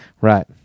Right